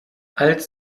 als